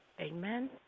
amen